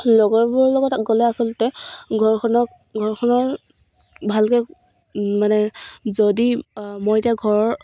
লগৰবোৰৰ লগত গ'লে আচলতে ঘৰখনক ঘৰখনৰ ভালকৈ মানে যদি মই এতিয়া ঘৰৰ